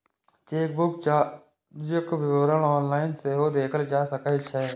chequebook चार्जक विवरण online सेहो देखल जा सकै छै